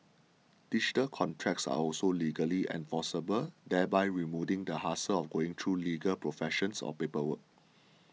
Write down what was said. digital contracts are also legally enforceable thereby removing the hassle of going through legal professionals or paperwork